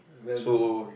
so